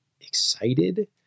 excited